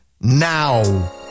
now